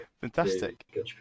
fantastic